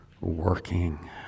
working